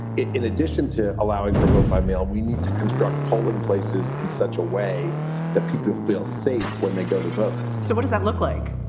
in addition to allowing for vote by mail, we need to construct polling places in such a way that people feel safe when they go to vote. so what does that look like?